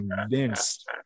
convinced